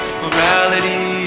morality